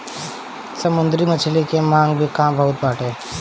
समुंदरी मछली के मांग भी इहां बहुते बाटे